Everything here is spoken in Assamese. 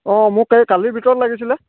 অঁ মোক সেই কালিৰ ভিতৰত লাগিছিলে